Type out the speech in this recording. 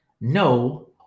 no